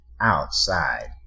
Outside